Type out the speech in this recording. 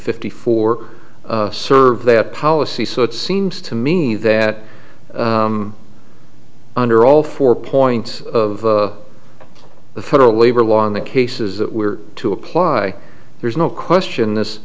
fifty four served their policy so it seems to me that under all four points of the federal labor law on the cases that we're to apply there's no question this